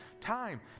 Time